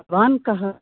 भवान् कः